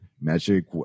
magic